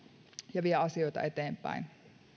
ja vie asioita eteenpäin